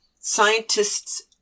scientists